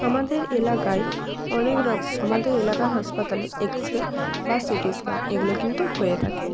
আমাদের এলাকায় অনেক আমাদের এলাকার হাসপাতালে এক্স রে বা সিটি স্ক্যান এগুলো কিন্তু হয়ে থাকে